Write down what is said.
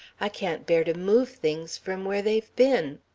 i can't bear to move things from where they've been.